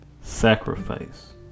sacrifice